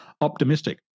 optimistic